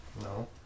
No